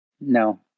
No